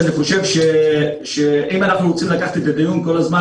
אני חושב שאם אנחנו רוצים לקחת את הדיון כל הזמן